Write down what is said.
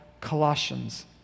Colossians